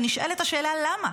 ונשאלת השאלה למה".